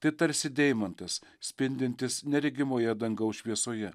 tai tarsi deimantas spindintis neregimoje dangaus šviesoje